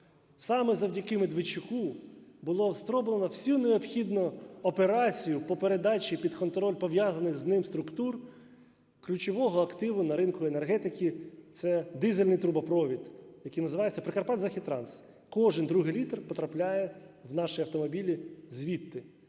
Саме завдяки Медведчуку було розроблено всю необхідну операцію по передачі під контроль пов'язаних з ним структур ключового активу на ринку енергетику – це дизельний трубопровід, який називається "Прикарпатзахідтранс". Кожен другий літр потрапляє в наші автомобілі звідти,